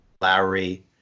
Lowry